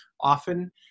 often